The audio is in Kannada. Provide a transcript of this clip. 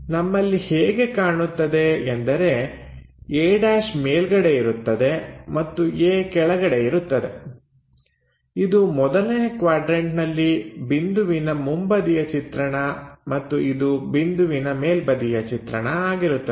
ನಮ್ಮಲ್ಲಿ ಹೇಗೆ ಕಾಣುತ್ತದೆ ಎಂದರೆ a' ಮೇಲ್ಗಡೆ ಇರುತ್ತದೆ ಮತ್ತು a ಕೆಳಗಡೆ ಇರುತ್ತದೆ ಇದು ಮೊದಲನೇ ಕ್ವಾಡ್ರನ್ಟನಲ್ಲಿ ಬಿಂದುವಿನ ಮುಂಬದಿಯ ಚಿತ್ರಣ ಮತ್ತು ಇದು ಬಿಂದುವಿನ ಮೇಲ್ಬದಿಯ ಚಿತ್ರಣ ಆಗಿರುತ್ತದೆ